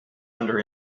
under